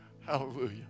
Hallelujah